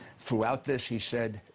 throughout this, he said,